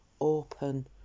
open